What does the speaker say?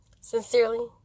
sincerely